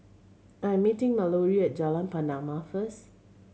I'm meeting Malorie Jalan Pernama first